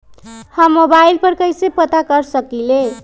हम मोबाइल पर कईसे पता कर सकींले?